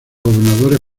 gobernadores